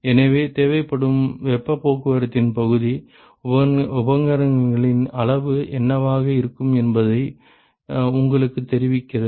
எனவே தேவைப்படும் வெப்பப் போக்குவரத்தின் பகுதி உபகரணங்களின் அளவு என்னவாக இருக்கும் என்பதை உங்களுக்குத் தெரிவிக்கிறது